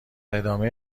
ادامه